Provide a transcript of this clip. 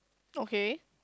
okay